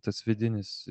tas vidinis